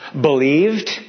Believed